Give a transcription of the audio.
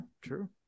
true